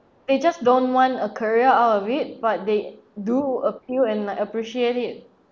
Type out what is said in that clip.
they just don't want a career out of it but they do appeal and like appreciate it